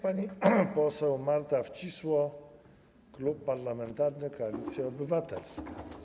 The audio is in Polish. Pani poseł Marta Wcisło, Klub Parlamentarny Koalicja Obywatelska.